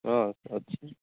ହଁ ଅଛି